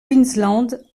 queensland